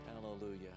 hallelujah